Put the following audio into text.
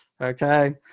okay